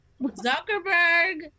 Zuckerberg